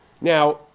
Now